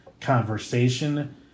conversation